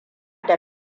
da